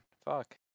Fuck